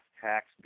tax